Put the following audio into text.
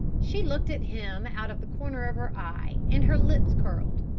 she looked at him out of the corner of her eye and her lips curled.